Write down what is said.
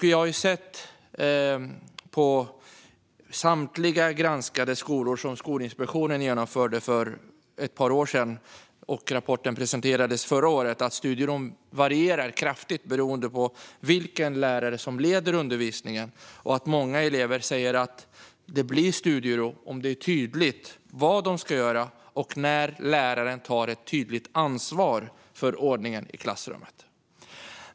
Vi har sett på samtliga skolor som granskades av Skolinspektionen för ett par år sedan - rapporten presenterades förra året - att studieron varierar kraftigt beroende på vilken lärare som leder undervisningen. Många elever säger att det blir studiero om det är tydligt vad de ska göra och när läraren tar ett tydligt ansvar för ordningen i klassrummet.